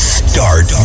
start